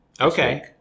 Okay